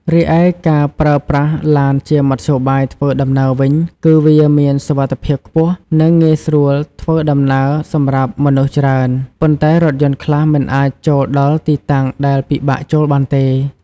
រីឯការប្រើប្រាស់ឡានជាមធ្យោបាយធ្វើដំណើរវិញ គឺវាមានសុវត្ថិភាពខ្ពស់ និងងាយស្រួលធ្វើដំណើរសម្រាប់មនុស្សច្រើន ប៉ុន្តែរថយន្តខ្លះមិនអាចចូលដល់ទីតាំងដែលពិបាកចូលបានទេ។